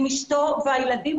עם אשתו והילדים.